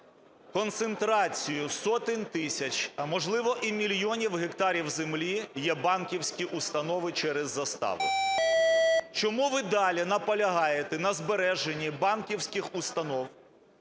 концентрацію сотень тисяч, а можливо, і мільйонів гектарів землі, є банківські установи, через заставу. Чому ви далі наполягаєте на збереженні банківських установ